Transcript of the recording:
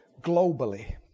globally